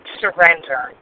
surrender